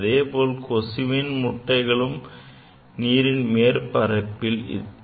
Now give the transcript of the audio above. அதேபோல் கொசுவின் முட்டைகளும் நீரின் மேற்பரப்பில் இருக்கும்